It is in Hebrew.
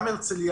גם הרצליה,